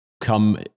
come